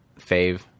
fave